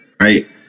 right